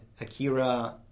Akira